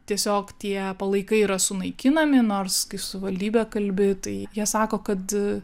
tiesiog tie palaikai yra sunaikinami nors kai su savivaldybe kalbi tai jie sako kad